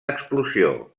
explosió